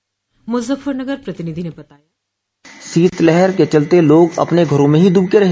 मुजफ्फरनगर प्रतिनिधि ने बताया डिस्पैच शीतलहर के चलते लोग अपने घरों में ही दुबके रहे